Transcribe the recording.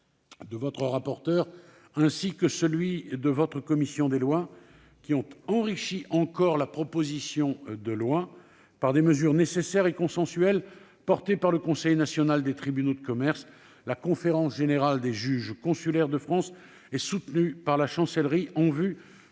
par votre rapporteur et votre commission des lois, qui ont enrichi encore la proposition de loi par des mesures nécessaires et consensuelles, défendues par le Conseil national des tribunaux de commerce comme par la conférence générale des juges consulaires de France, et soutenues par la Chancellerie, en vue